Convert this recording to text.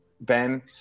Ben